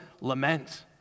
lament